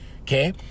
okay